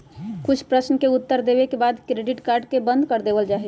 कुछ प्रश्नवन के उत्तर देवे के बाद में डेबिट कार्ड के बंद कर देवल जाहई